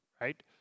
right